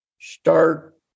start